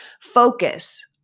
focus